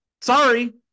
Sorry